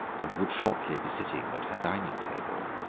and would shortly be sitting at her dining-table.